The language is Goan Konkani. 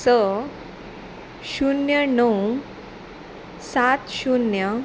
स शुन्य णव सात शुन्य